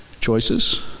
choices